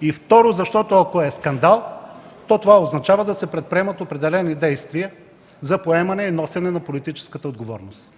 и, второ, защото, ако е скандал, то това означава да се предприемат определени действия за поемане и носене на политическата отговорност.